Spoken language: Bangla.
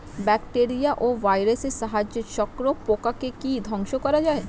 ব্যাকটেরিয়া ও ভাইরাসের সাহায্যে শত্রু পোকাকে কি ধ্বংস করা যায়?